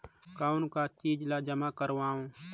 कौन का चीज ला जमा करवाओ?